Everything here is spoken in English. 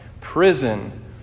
prison